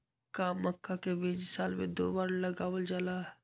का मक्का के बीज साल में दो बार लगावल जला?